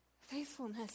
Faithfulness